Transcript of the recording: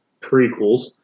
prequels